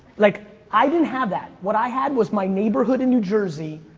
like i didn't have that. what i had was my neighborhood in new jersey,